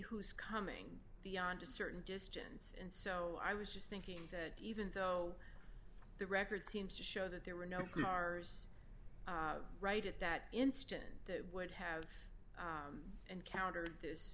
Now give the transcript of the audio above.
who's coming beyond a certain distance and so i was just thinking that even though the record seems to show that there were no cars right at that instant that would have encountered this